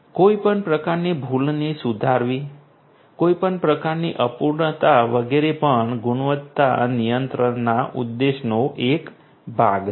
કોઈપણ પ્રકારની ભૂલને સુધારવી કોઈપણ પ્રકારની અપૂર્ણતા વગેરે પણ ગુણવત્તા નિયંત્રણના ઉદ્દેશ્યોનો એક ભાગ છે